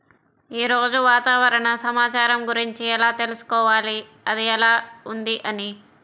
ఈరోజు వాతావరణ సమాచారం గురించి ఎలా తెలుసుకోవాలి అది ఎలా ఉంది అని?